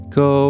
go